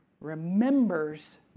remembers